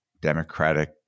Democratic